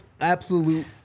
absolute